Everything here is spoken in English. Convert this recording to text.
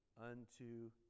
unto